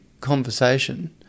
conversation